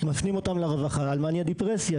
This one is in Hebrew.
מפנים אותם לרווחה על מאניה דפרסיה,